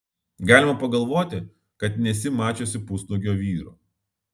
galima pagalvoti kad nesi mačiusi pusnuogio vyro